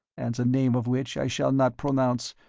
and the name of which i shall not pronounce,